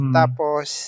tapos